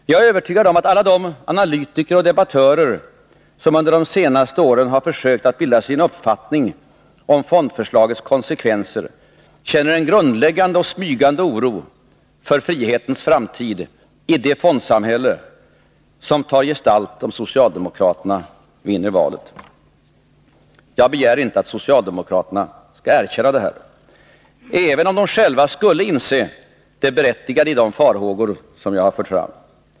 Jag är övertygad om att alla de analytiker och debattörer som under de senaste åren har försökt att bilda sig en uppfattning om fondförslagets konsekvenser känner en grundläggande och smygande oro för frihetens framtid i det fondsamhälle som tar gestalt, om socialdemokraterna vinner valet. Jag begär inte att socialdemokraterna skall erkänna det här, även om de själva skulle inse det berättigade i de farhågor som jag har fört fram.